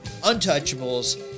Untouchables